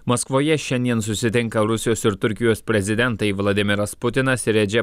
maskvoje šiandien susitinka rusijos ir turkijos prezidentai vladimiras putinas ir edže